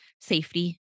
safety